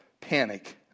panic